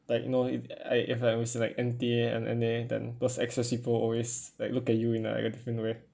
like know if I if I was like N_T and N_A then those express people will always like look at you in like a different way